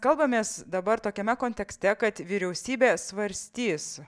kalbamės dabar tokiame kontekste kad vyriausybė svarstys